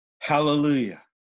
Hallelujah